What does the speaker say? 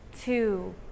two